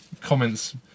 Comments